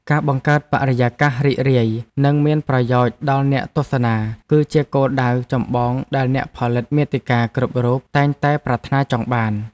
ការបង្កើតបរិយាកាសរីករាយ និងមានប្រយោជន៍ដល់អ្នកទស្សនា គឺជាគោលដៅចម្បងដែលអ្នកផលិតមាតិកាគ្រប់រូបតែងតែប្រាថ្នាចង់បាន។